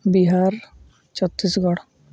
Bihar Chhattisgarh